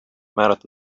määrata